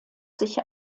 sich